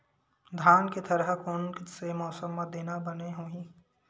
धान के थरहा कोन से मौसम म देना बने होही?